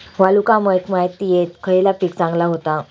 वालुकामय मातयेत खयला पीक चांगला होता?